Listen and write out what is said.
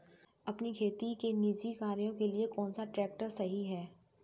अपने खेती के निजी कार्यों के लिए कौन सा ट्रैक्टर सही है?